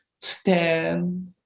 Stand